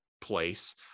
place